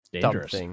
dangerous